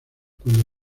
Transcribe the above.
cuando